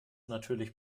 natürlich